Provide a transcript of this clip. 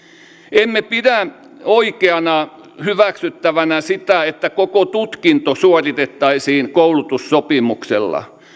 emme pidä oikeana hyväksyttävänä sitä että koko tutkinto suoritettaisiin koulutussopimuksella